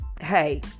hey